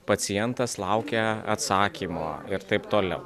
pacientas laukia atsakymo ir taip toliau